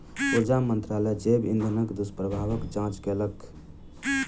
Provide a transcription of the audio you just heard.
ऊर्जा मंत्रालय जैव इंधनक दुष्प्रभावक जांच केलक